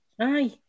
Aye